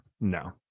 no